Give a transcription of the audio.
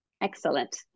excellent